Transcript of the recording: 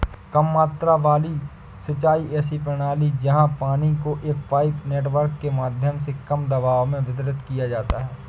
कम मात्रा वाली सिंचाई ऐसी प्रणाली है जहाँ पानी को एक पाइप नेटवर्क के माध्यम से कम दबाव में वितरित किया जाता है